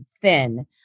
thin